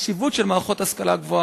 החשיבות של מערכות חזקות של ההשכלה הגבוהה.